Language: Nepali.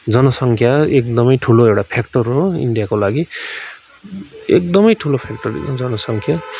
जनसङ्ख्या एकदमै ठुलो एउटा फ्याक्टर हो इन्डियाको लागि एकदमै ठुलो फ्याक्टर हो जनसङ्ख्या